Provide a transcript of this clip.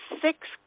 six